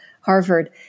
Harvard